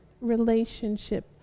relationship